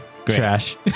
trash